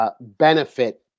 Benefit